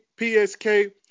PSK